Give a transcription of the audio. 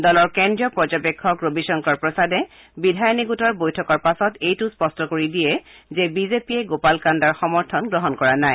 দলৰ কেন্দ্ৰীয় পৰ্য্যবেক্ষক ৰবিশংকৰ প্ৰসাদে বিধায়িনী গোটৰ বৈঠকৰ পাছত এইটো স্পষ্ট কৰি দিয়ে যে বিজেপিয়ে গোপাল কাণ্ডাৰ সমৰ্থন গ্ৰহণ কৰা নাই